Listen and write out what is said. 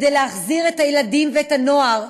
כדי להחזיר את הילדים ואת הנוער